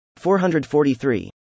443